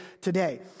today